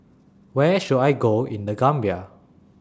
Where should I Go in The Gambia